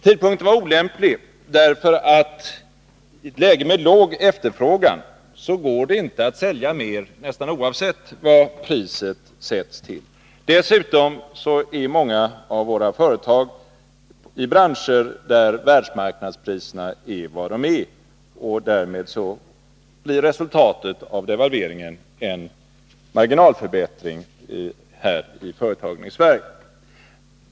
Tidpunkten var olämplig därför att i ett läge med dålig efterfrågan går det inte att sälja mer, nästan oavsett vad priset sätts till. Dessutom är många av våra företag verksamma i branscher där världsmarknadspriserna är vad de är, och därmed blir resultatet av devalveringen en marginalförbättring i företagen i Sverige.